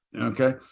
okay